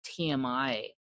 TMI